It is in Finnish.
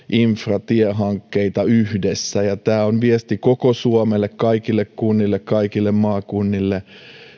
infra tiehankkeita yhdessä ja tämä on viesti koko suomelle kaikille kunnille kaikille maakunnille